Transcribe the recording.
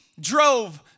drove